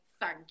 thank